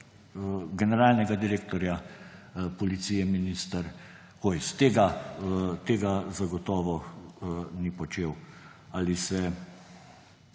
generalnega direktorja policije minister Hojs. Tega zagotovo ni počel. Ali se